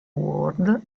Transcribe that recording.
world